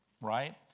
right